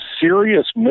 serious